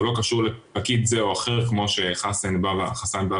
הוא לא קשור לפקיד זה או אחר כמו שחסן בא ואמר.